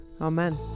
Amen